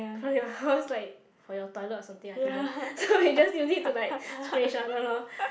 !aiya! I was like for your toilet or something I don't know so we just use it to like spray each other loh